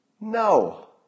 No